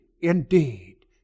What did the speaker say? indeed